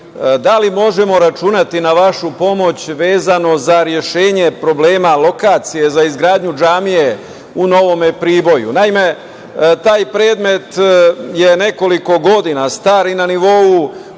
da li možemo računati na vašu pomoć, vezano za rešenje problema lokacije za izgradnju džamije u Novom Priboju? Naime, taj predmet je nekoliko godina star i na nivou